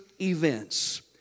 events